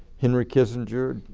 henry kissinger,